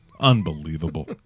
Unbelievable